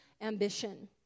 ambition